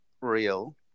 real